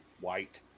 white